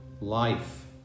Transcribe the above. life